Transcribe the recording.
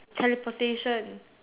teleportation